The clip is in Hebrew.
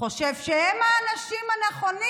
חושב שהם האנשים הנכונים,